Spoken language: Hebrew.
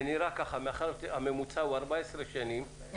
מאחר שהממוצע הוא 14 שנים,